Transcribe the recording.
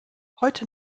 heute